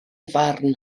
farn